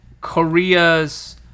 korea's